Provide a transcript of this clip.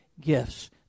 gifts